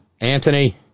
Anthony